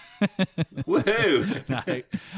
Woohoo